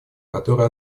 которое